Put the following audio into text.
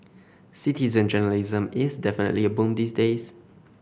citizen journalism is definitely a boom these days